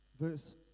Verse